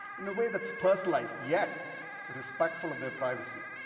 in a way that is personalized yet respectful of their privacy.